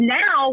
now